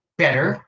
better